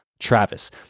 Travis